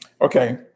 Okay